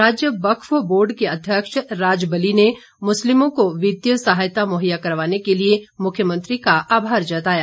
राज्य वक्फ बोर्ड के अध्यक्ष राजबली ने मुस्लिमों को वित्तीय सहायता मुहैया करवाने के लिए मुख्यमंत्री का आभार जताया